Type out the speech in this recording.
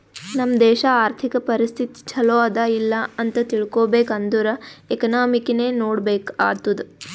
ನಮ್ ದೇಶಾ ಅರ್ಥಿಕ ಪರಿಸ್ಥಿತಿ ಛಲೋ ಅದಾ ಇಲ್ಲ ಅಂತ ತಿಳ್ಕೊಬೇಕ್ ಅಂದುರ್ ಎಕನಾಮಿನೆ ನೋಡ್ಬೇಕ್ ಆತ್ತುದ್